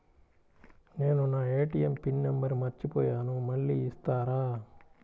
నేను నా ATM PIN number మర్చిపోయాను మళ్ళీ ఇస్తారా?